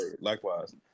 likewise